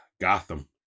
Gotham